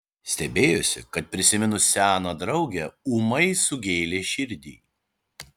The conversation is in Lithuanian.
stebėjosi kad prisiminus seną draugę ūmai sugėlė širdį